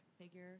figure